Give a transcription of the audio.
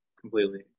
completely